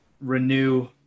renew